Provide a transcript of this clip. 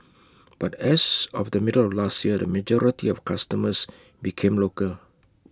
but as of the middle of last year the majority of customers became local